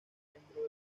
miembro